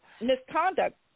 misconduct